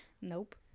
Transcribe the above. nope